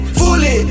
fully